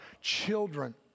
children